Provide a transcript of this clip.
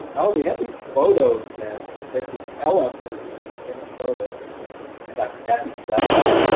oh, we have these photos and there's this ella person in the photos. and i thought, could that be zella?